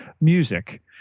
music